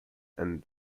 and